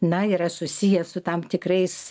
na yra susiję su tam tikrais